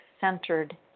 centered